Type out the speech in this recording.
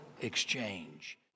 exchange